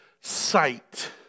sight